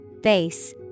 Base